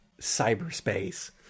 cyberspace